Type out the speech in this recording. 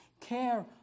care